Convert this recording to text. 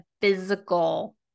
physical